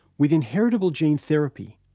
with inheritable gene therapy,